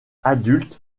adulte